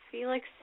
Felix